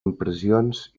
impressions